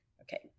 Okay